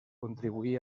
contribuí